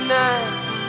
nights